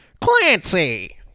Clancy